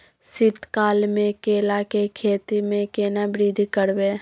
शीत काल मे केला के खेती में केना वृद्धि करबै?